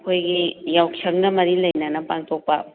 ꯑꯩꯈꯣꯏꯒꯤ ꯌꯥꯎꯁꯪꯒ ꯃꯔꯤ ꯂꯩꯅꯅ ꯄꯥꯡꯊꯣꯛꯄ